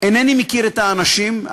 אינני מכיר את האנשים,